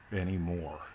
anymore